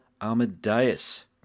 Amadeus